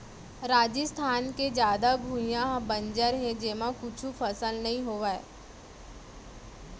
राजिस्थान के जादा भुइयां ह बंजर हे जेमा कुछु फसल नइ होवय